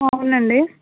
అవునండి